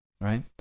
right